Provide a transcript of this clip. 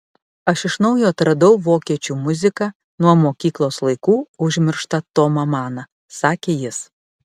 aš iš naujo atradau vokiečių muziką nuo mokyklos laikų užmirštą tomą maną sakė jis